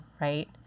right